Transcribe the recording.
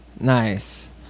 nice